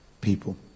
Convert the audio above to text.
people